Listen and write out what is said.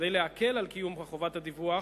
כדי להקל על קיום חובת הדיווח,